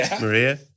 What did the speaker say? Maria